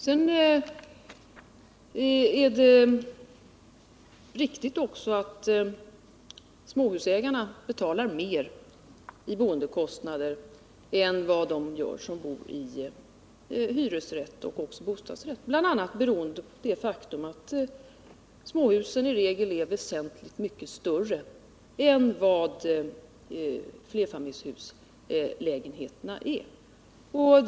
Det är riktigt att småhusägarna betalar mer i boendekostnader än vad de gör som bor i hyresrättsoch bostadsrättsfastigheter, bl.a. beroende på det faktum att småhusen i regel är väsentligt mycket större än vad lägenheterna i flerfamiljshus är.